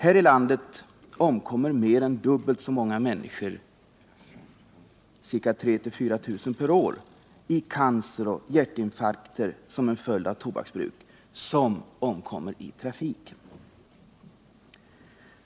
Här i landet omkommer mer än dubbelt så många människor — ca 3 0004 000 per år — i cancer och hjärtinfarkter till följd av tobaksbruk som i trafiken.